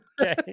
Okay